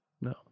No